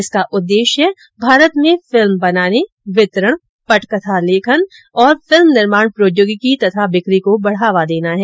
इसका उद्देश्य भारत में फिल्में बनाने वितरण पटकथा लेखन और फिल्म निर्माण प्रौद्योगिकी तथा बिक्री को बढ़ावा देना है